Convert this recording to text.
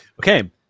okay